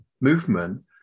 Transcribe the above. movement